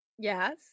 Yes